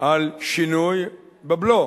על שינוי בבלו.